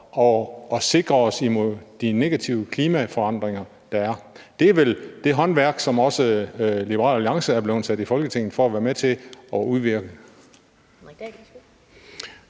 at sikre os imod de negative klimaforandringer, der sker. Det er vel det håndværk, som også Liberal Alliance er blevet sat i Folketinget for at være med til at udøve.